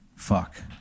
fuck